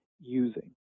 using